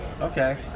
okay